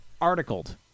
articled